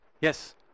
yes